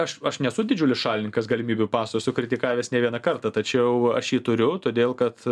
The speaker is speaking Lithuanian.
aš aš nesu didžiulis šalininkas galimybių paso esu kritikavęs ne vieną kartą tačiau aš jį turiu todėl kad